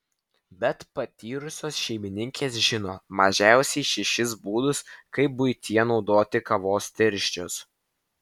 bet patyrusios šeimininkės žino mažiausiai šešis būdus kaip buityje naudoti kavos tirščius